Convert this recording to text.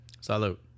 Salute